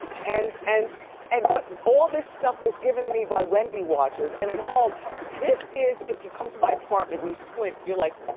and and and but all this stuff was given to me by wendy watchers. and at home this is if you come to my apartment and you squint, you're like,